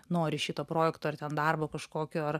nori šito projekto ar ten darbo kažkokio ar